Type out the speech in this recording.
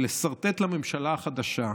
ולסרטט לממשלה החדשה,